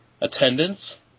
attendance